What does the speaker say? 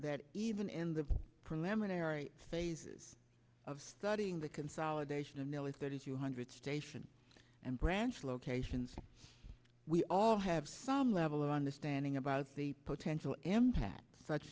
that even in the preliminary stages of studying the consolidation of nearly thirty two hundred stations and branch locations we all have some level of understanding about the potential impact such